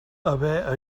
haver